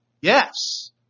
Yes